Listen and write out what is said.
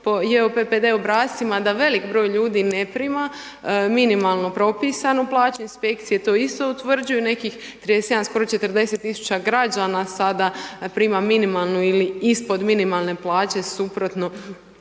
po JPPD obrascima da veliki broj ljudi ne prima minimalno propisanu plaću, inspekcije to isto utvrđuju, nekih 37, skoro 40 000 građana sada prima minimalnu ili ispod minimalne plaće suprotno